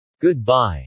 Goodbye